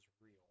real